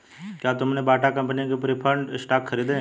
क्या तुमने Bata company के प्रिफर्ड स्टॉक खरीदे?